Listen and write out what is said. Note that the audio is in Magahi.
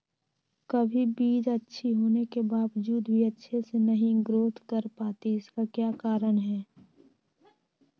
कभी बीज अच्छी होने के बावजूद भी अच्छे से नहीं ग्रोथ कर पाती इसका क्या कारण है?